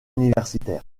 universitaire